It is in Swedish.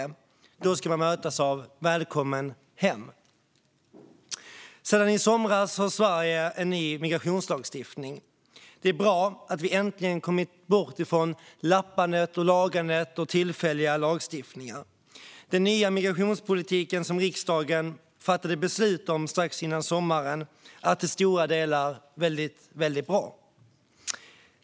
", utan då ska man mötas av "Välkommen hem!". Sedan i somras har Sverige en ny migrationslagstiftning. Det är bra att vi äntligen kommit bort från lappande, lagande och tillfälliga lagstiftningar. Den nya migrationspolitik som riksdagen fattade beslut om strax före sommaren är till stora delar väldigt bra.